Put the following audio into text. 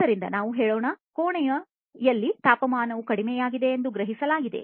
ಆದ್ದರಿಂದ ನಾವು ಹೇಳೋಣ ಕೋಣೆಯಲ್ಲಿ ತಾಪಮಾನವು ಕಡಿಮೆಯಾಗಿದೆ ಎಂದು ಗ್ರಹಿಸಲಾಗಿದೆ